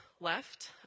left